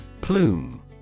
Plume